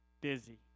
busy